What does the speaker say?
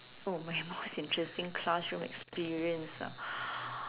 oh my most interesting classroom experience ah